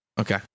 Okay